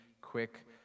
quick